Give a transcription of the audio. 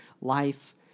life